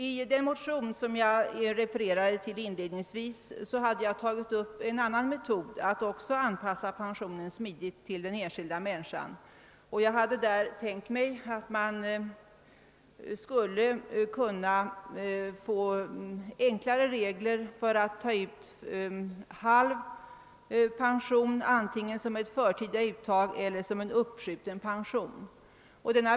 I den motion som jag inledningsvis refererade till har jag tagit upp en annan metod att smidigt anpassa pensionen till den enskilda människan. Jag har tänkt att man skulle kunna få enklare regler för att ta ut halv pension, antingen som ett förtida uttag eller som en uppskjuten pension.